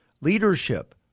leadership